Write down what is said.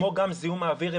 כמו גם זיהום האוויר,